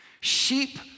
Sheep